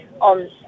on